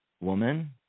woman